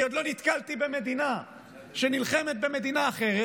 אני עוד לא נתקלתי במדינה שנלחמת במדינה אחרת,